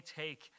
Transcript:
take